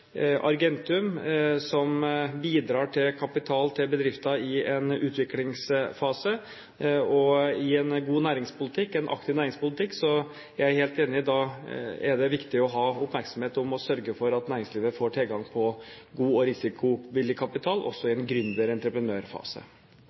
Argentum, som bidrar til kapital til bedrifter i en utviklingsfase. I en god og aktiv næringspolitikk – jeg er helt enig – er det viktig å ha oppmerksomhet om det å sørge for at næringslivet får tilgang på god og risikovillig kapital, også i